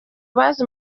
bazi